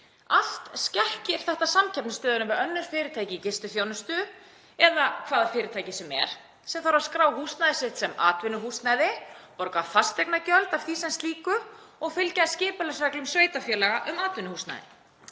Allt skekkir þetta samkeppnisstöðuna við önnur fyrirtæki í gistiþjónustu eða hvaða fyrirtæki sem er sem þarf að skrá húsnæði sitt sem atvinnuhúsnæði, borga fasteignagjöld af því sem slíku og fylgja skipulagsreglum sveitarfélaga um atvinnuhúsnæði.